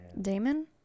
Damon